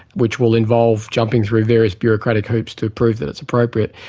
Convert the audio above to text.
which will involve jumping through various bureaucratic hoops to prove that it's appropriate.